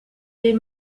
les